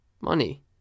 money